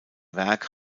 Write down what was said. werk